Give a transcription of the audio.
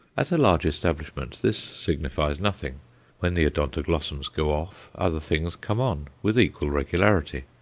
at a large establishment this signifies nothing when the odontoglossums go off other things come on with equal regularity.